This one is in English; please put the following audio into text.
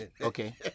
Okay